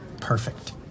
perfect